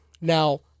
now